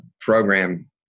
program